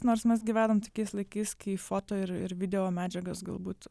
nors mes gyvenam tokiais laikais kai foto ir ir videomedžiagos galbūt